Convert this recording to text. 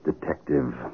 detective